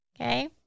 Okay